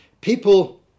people